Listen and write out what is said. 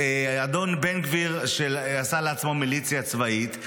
ואדון בן גביר שעשה לעצמו מיליציה צבאית,